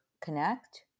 connect